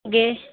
गे